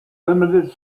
limited